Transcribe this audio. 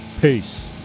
Peace